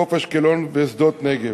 חוף-אשקלון ושדות-נגב.